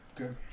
Okay